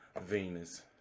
Venus